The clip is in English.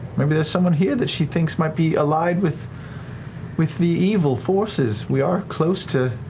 maybe there's someone here that she thinks might be aligned with with the evil forces. we are close to